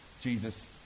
Jesus